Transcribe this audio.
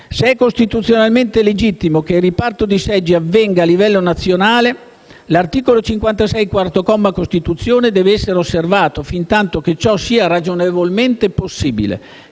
se è costituzionalmente legittimo che il riparto di seggi avvenga a livello nazionale, (…) l'articolo 56, quarto comma, della Costituzione deve essere quindi osservato fin tanto che ciò sia ragionevolmente possibile,